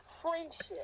friendship